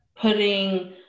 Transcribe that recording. putting